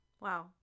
Wow